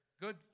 good